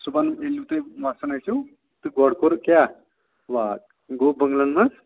صُبحَن ییٚلہِ تُہۍ وۄتھان ٲسِو تہٕ گۄڈٕ کوٚر کیٛاہ واک گوٚو بٔنٛگلَن منٛز